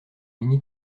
mini